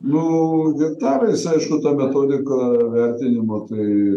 nu hektarais aišku ta metodika vertinimo tai